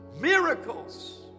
miracles